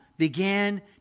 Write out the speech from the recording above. Began